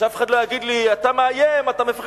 ושאף אחד לא יגיד לי, אתה מאיים, אתה מפחד.